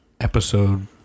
episode